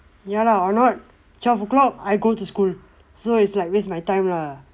ya lah or not twelve o'clock I go to school so is like waste my time lah